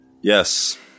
Yes